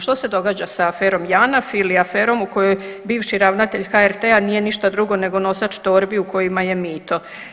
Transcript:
Što se događa s aferom JANAF ili aferom u kojoj bivši ravnatelj HRT-a nije ništa drugo nego nosač torbi u kojima je mito?